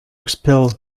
expel